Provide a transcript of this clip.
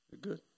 good